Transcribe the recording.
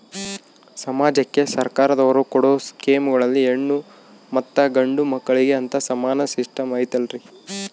ಸಮಾಜಕ್ಕೆ ಸರ್ಕಾರದವರು ಕೊಡೊ ಸ್ಕೇಮುಗಳಲ್ಲಿ ಹೆಣ್ಣು ಮತ್ತಾ ಗಂಡು ಮಕ್ಕಳಿಗೆ ಅಂತಾ ಸಮಾನ ಸಿಸ್ಟಮ್ ಐತಲ್ರಿ?